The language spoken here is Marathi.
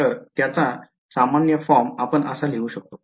तर त्याचा सामान्य फॉर्म आपण असा लिहू शकतो